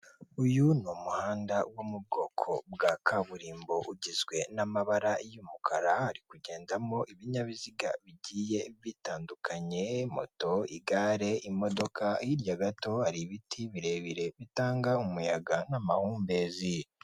Uyu ni umuhanda wo mu bwoko bwa kaburimbo ugizwe n'amabara y'umukara, ari kugendamo ibinyabiziga bigiye bitandukanye; moto, igare, imodoka hirya gato hari ibiti birebire bitanga umuyaga n'amahumbezi